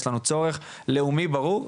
יש לנו צורך לאומי ברור,